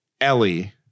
Ellie